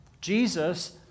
Jesus